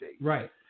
Right